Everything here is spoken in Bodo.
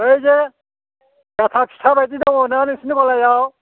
बैजे जथा फिथा बायदि दङ ना नोंसिनि गलायाव